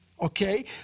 okay